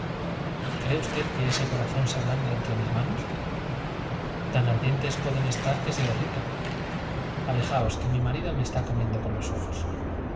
cree usted ese corazón se ablande entre que mis manos tan ardientes derrita ale pueden estar que se los jaos que mi marido me está comiendo con ojos